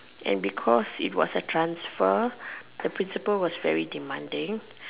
and because it was a transfer the principal was very demanding